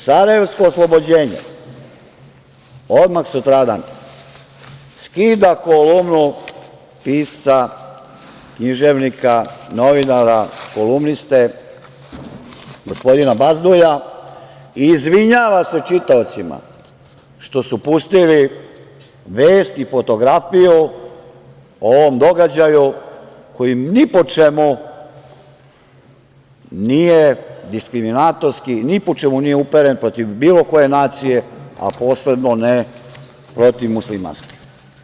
Sarajevsko oslobođenje“ odmah sutradan skida kolumnu pisca, književnika, novinara, kolumniste, gospodina Bazdulja i izvinjava se čitaocima što su pustili vest i fotografiju o ovom događaju koji ni po čemu nije diskriminatorski, ni po čemu nije uperen protiv bilo koje nacije, a posebno ne protiv muslimanske.